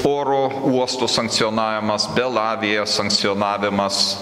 oro uostų sankcionavimas belavija sankcionavimas